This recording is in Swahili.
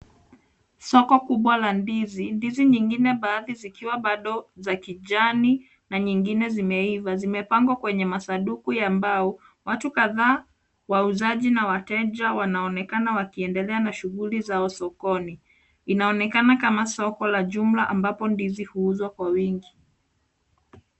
Soko kubwa la ndizi, ndizi zingine baadhi zikiwa bado za kijani na zingine zimeova. Zimepangwa kwenye masanduku ya mbao. Watu kadhaa, wauzaji na wateja wanaonekana wakiendela na shughuli zao sokoni. Inaonekana kama soko la jumla ambapo ndizi huuzwa kwa wingi.